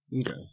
Okay